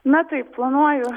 na taip planuoju